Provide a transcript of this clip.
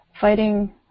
fighting